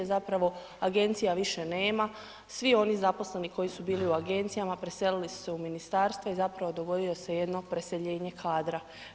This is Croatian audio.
Zapravo, agencija više nema, svi oni zaposleni koji su bili u agencijama, preselili su se u ministarstva i zapravo, dogodio se jedno preseljenje kadra.